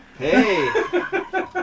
Hey